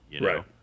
Right